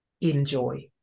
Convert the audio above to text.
enjoy